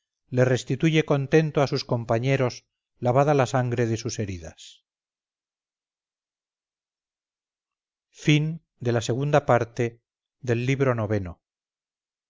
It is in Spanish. le restituye contento a sus compañeros lavada la sangre de sus heridas virgilio eneida traducción de eugenio de ochoa libro